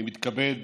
אני מתכבד